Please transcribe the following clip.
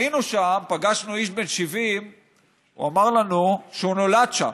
היינו שם ופגשנו איש בן 70. הוא אמר לנו שהוא נולד שם.